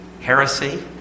heresy